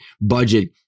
budget